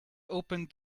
opened